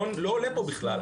לא עולה פה בכלל,